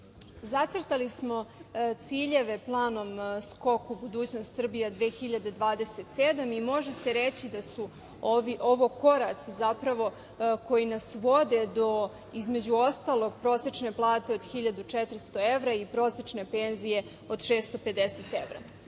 Srbije. Zacrtali smo ciljeve planom „Skok u budućnost - Srbija 2027“ i može se reći da su ovo koraci zapravo koji nas vode do, između ostalog, prosečne plate od 1.400 evra i prosečne penzije od 650